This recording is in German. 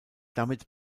damit